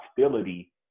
hostility